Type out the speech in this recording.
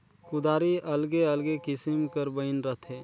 कुदारी अलगे अलगे किसिम कर बइन रहथे